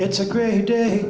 it's a great day